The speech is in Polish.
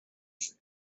żyje